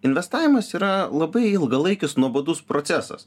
investavimas yra labai ilgalaikis nuobodus procesas